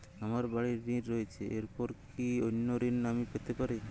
আমার বাড়ীর ঋণ রয়েছে এরপর কি অন্য ঋণ আমি পেতে পারি?